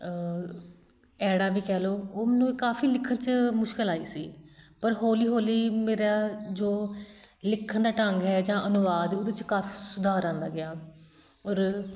ਐੜਾ ਵੀ ਕਹਿ ਲਉ ਉਹ ਮੈਨੂੰ ਕਾਫੀ ਲਿਖਣ 'ਚ ਮੁਸ਼ਕਿਲ ਆਈ ਸੀ ਪਰ ਹੌਲੀ ਹੌਲੀ ਮੇਰਾ ਜੋ ਲਿਖਣ ਦਾ ਢੰਗ ਹੈ ਜਾਂ ਅਨੁਵਾਦ ਉਹਦੇ 'ਚ ਕਾਫੀ ਸੁਧਾਰ ਆਉਂਦਾ ਗਿਆ ਔਰ